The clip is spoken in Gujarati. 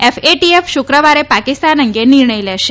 એફએટીએફ શુક્રવારે પાકિસ્તાન અંગે નિર્ણય લેશે